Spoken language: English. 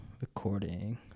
recording